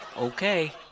Okay